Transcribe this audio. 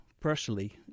personally